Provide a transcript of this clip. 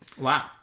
Wow